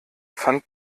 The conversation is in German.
pfand